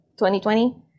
2020